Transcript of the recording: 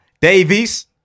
Davies